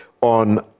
on